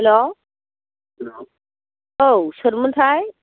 hello औ सोरमोनथाय